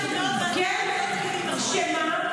לסיום, כי היא צעקה.